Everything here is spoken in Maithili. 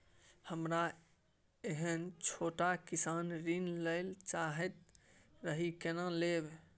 हमरा एहन छोट किसान ऋण लैले चाहैत रहि केना लेब?